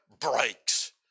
breaks